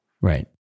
Right